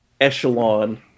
echelon